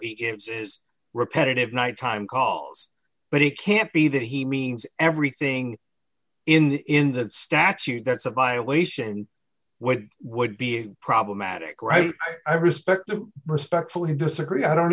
is repetitive night time calls but it can't be that he means everything in that statute that's a violation which would be problematic right i respect to respectfully disagree i don't